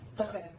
Okay